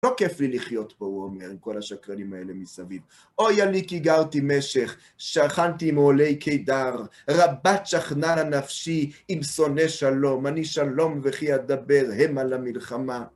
לא כיף לי לחיות פה, הוא אומר, עם כל השקרנים האלה מסביב. אֽוֹיָה־לִ֭י כִּי־גַ֣רְתִּי מֶ֑שֶׁךְ שָׁ֝כַ֗נְתִּי עִֽם־אָהֳלֵ֥י קֵדָֽר. רַ֭בַּת שָֽׁכְנָה־לָּ֣הּ נַפְשִׁ֑י עִ֝֗ם שׂוֹנֵ֥א שָׁלֽוֹם. אֲֽנִי־שָׁ֭לוֹם וְכִ֣י אֲדַבֵּ֑ר הֵ֝֗מָּה לַמִּלְחָמָֽה׃